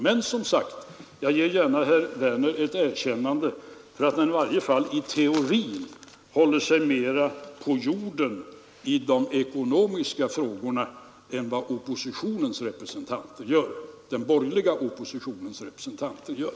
Men jag ger som sagt gärna herr Werner ett erkännande för att han i varje fall i teorin håller sig mera på jorden i de ekonomiska frågorna än den borgerliga oppositionens representanter gör.